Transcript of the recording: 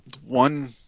one